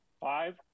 five